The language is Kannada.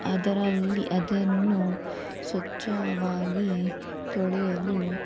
ಅದರಲ್ಲಿ ಅದನ್ನು ಸ್ವಚ್ಛವಾಗಿ ತೊಳೆಯಲು